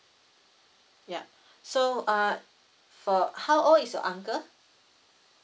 ya so uh for how old is your uncle